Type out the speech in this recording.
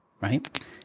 right